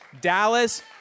Dallas